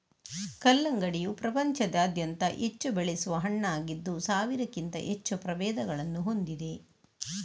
ಕಲ್ಲಂಗಡಿಯು ಪ್ರಪಂಚಾದ್ಯಂತ ಹೆಚ್ಚು ಬೆಳೆಸುವ ಹಣ್ಣಾಗಿದ್ದು ಸಾವಿರಕ್ಕಿಂತ ಹೆಚ್ಚು ಪ್ರಭೇದಗಳನ್ನು ಹೊಂದಿದೆ